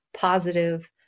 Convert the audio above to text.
positive